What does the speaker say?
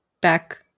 back